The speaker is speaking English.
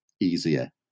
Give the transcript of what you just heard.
easier